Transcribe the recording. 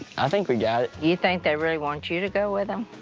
i think we got it. you think they really want you to go with em?